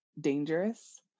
dangerous